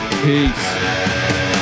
Peace